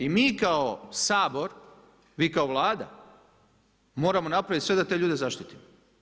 I mi kao Sabor, vi kao Vlada, moramo napraviti sve da te ljude zaštitimo.